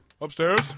Upstairs